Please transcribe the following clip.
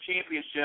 Championship